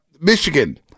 Michigan